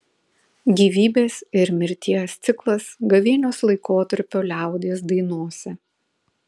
gyvybės ir mirties ciklas gavėnios laikotarpio liaudies dainose